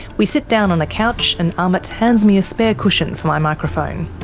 we sit down on a couch and amit hands me a spare cushion for my microphone.